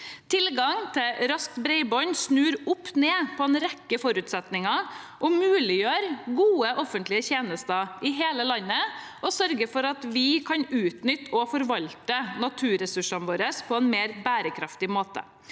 Tilgang til raskt bredbånd snur opp ned på en rekke forutsetninger, muliggjør gode offentlige tjenester i hele landet, og sørger for at vi kan utnytte og forvalte naturressursene våre på en mer bærekraftig måte.